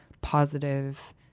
positive